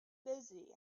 busy